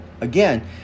Again